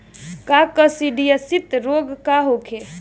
काकसिडियासित रोग का होखे?